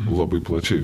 labai plačiai